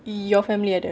your family ada